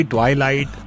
Twilight